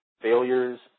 failures